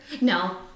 no